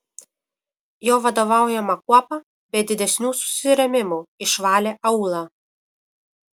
jo vadovaujama kuopa be didesnių susirėmimų išvalė aūlą